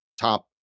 Top